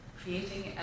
creating